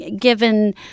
given